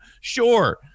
sure